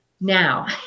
now